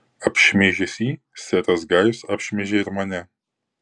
apšmeižęs jį seras gajus apšmeižė ir mane